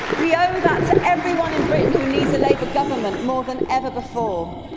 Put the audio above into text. we owe that to everyone in britain who needs a labour government more than ever before.